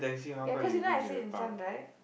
ya cause you know I sit in front right